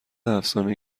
افسانه